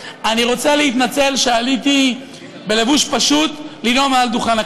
אני רוצה להתנצל שעליתי בלבוש פשוט לנאום מעל דוכן הכנסת.